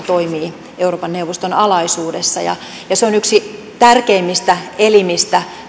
toimii euroopan neuvoston alaisuudessa se on tässä maanosassa yksi tärkeimmistä elimistä